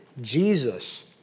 Jesus